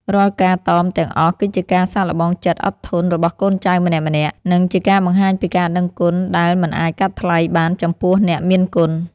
រាល់ការតមទាំងអស់គឺជាការសាកល្បងចិត្តអត់ធន់របស់កូនចៅម្នាក់ៗ និងជាការបង្ហាញពីការដឹងគុណដែលមិនអាចកាត់ថ្លៃបានចំពោះអ្នកមានគុណ។